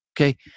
Okay